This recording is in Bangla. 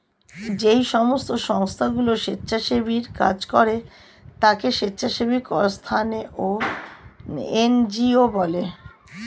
যেই সমস্ত সংস্থাগুলো স্বেচ্ছাসেবীর কাজ করে তাকে স্বেচ্ছাসেবী সংস্থা বা এন জি ও বলে